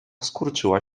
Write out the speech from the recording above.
skurczyła